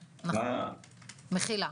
מחילה.